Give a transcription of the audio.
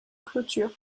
clôture